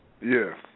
Yes